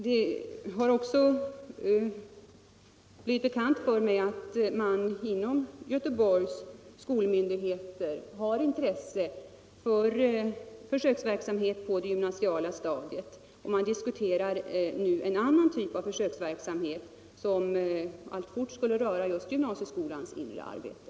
Det har också blivit bekant för mig att man inom Göteborgs skolmyndigheter har intresse för ytterligare försöksverksamhet på det gymnasiala stadiet. Man diskuterar nu en annan typ av försöksverksamhet som alltfort skulle röra just gymnasieskolans inre arbete.